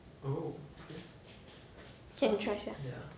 can try sia